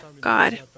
God